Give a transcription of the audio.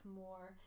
more